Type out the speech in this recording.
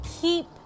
keep